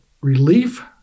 relief